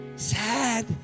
Sad